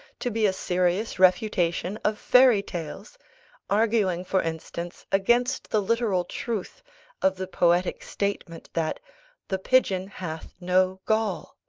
to be a serious refutation of fairy tales arguing, for instance, against the literal truth of the poetic statement that the pigeon hath no gall,